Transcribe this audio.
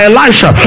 Elisha